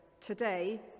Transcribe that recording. Today